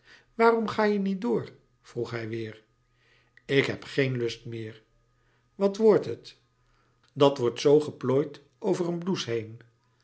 waarom ga je niet door vroeg hij weêr ik heb geen lust meer wat wordt het dat wordt zoo geplooid over een blouse heen